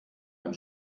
ein